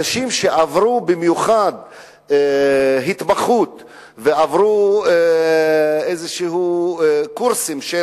אנשים שעברו במיוחד התמחות ועברו קורסים של